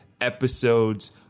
episodes